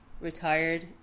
Retired